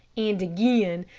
and again,